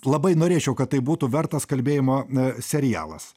labai norėčiau kad tai būtų vertas kalbėjimo na serialas